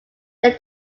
they